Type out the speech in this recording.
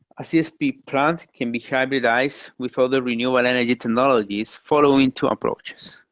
a csp plant can be hybridized with other renewable energy technologies following two approaches.